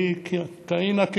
כאהינה,